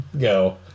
Go